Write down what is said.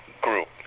group